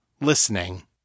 listening